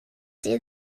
did